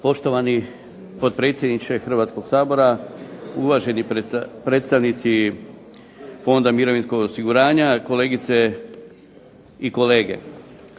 Poštovani potpredsjedniče Hrvatskog sabora, uvaženi predstavnici Fonda mirovinskog osiguranja, kolegice i kolege.